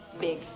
Big